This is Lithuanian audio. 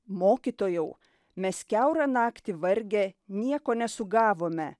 mokytojau mes kiaurą naktį vargę nieko nesugavome